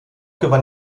gewann